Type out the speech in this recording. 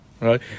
right